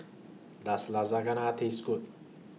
Does Lasagna Taste Good